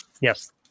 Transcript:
Yes